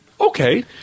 Okay